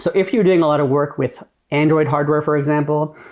so if you're doing a lot of work with android hardware, for example,